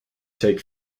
take